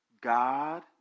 God